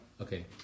Okay